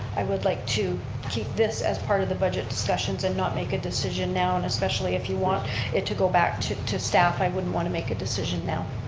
i would like to keep this as part of the budget discussions and not make a decision now and especially if you want it to go back to to staff, i wouldn't want to make a decision now.